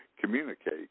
communicate